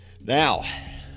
Now